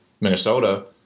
Minnesota